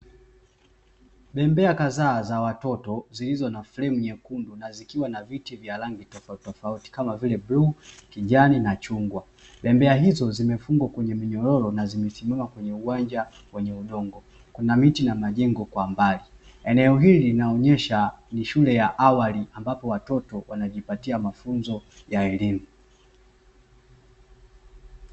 Bembea kadhaa za watoto zilizo na fremu nyekundu na zikiwa na viti vya rangi tofauti tofauti kama vile bluu, kijani na chungwa bembea hizo zimefungwa kwenye minyororo na zimechimbiwa kwenye uwanja wenye udongo kuna miti na majengo kwa mbali eneo hili, linaonyesha ni shule ya awali ambapo watoto wanajipatia mafunzo ya elimu.